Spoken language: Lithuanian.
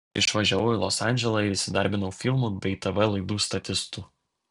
išvažiavau į los andželą ir įsidarbinau filmų bei tv laidų statistu